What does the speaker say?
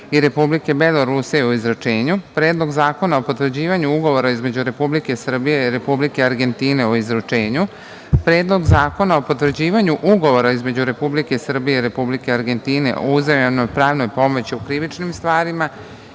i Republike Belorusije o izručenju, Predlog zakona o potvrđivanju Ugovora između Republike Srbije i Republike Argentine o izručenju, Predlog zakona o potvrđivanju Ugovora između Republike Srbije i Republike Argentine o uzajamnoj pravnoj pomoći u krivičnim stvarima